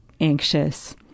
anxious